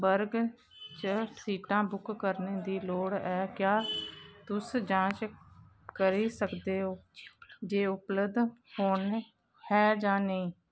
वर्ग च सीटां बुक करने दी लोड़ ऐ क्या तुस जांच करी सकदे ओ जे उपल्बध ऐ जां नेईं